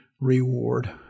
reward